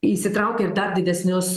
įsitraukia ir dar didesnius